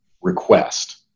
request